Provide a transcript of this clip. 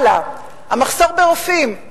המחסור ברופאים,